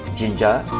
ginger